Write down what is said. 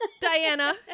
Diana